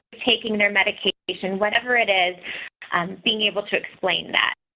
taking their medication whatever it is um being able to explain that.